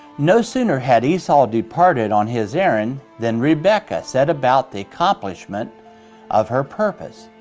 no sooner had esau departed on his errand than rebekah set about the accomplishment of her purpose.